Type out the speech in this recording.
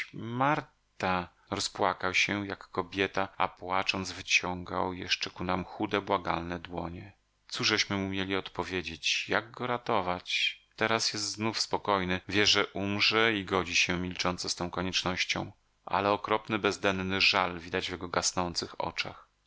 marta rozpłakał się jak kobieta a płacząc wyciągał jeszcze ku nam chude błagalne dłonie cóżeśmy mu mieli odpowiedzieć jak go ratować teraz jest znowu spokojny wie że umrze i godzi się milcząco z tą koniecznością ale okropny bezdenny żal widać w jego gasnących oczach